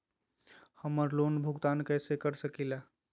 हम्मर लोन भुगतान कैसे कर सके ला?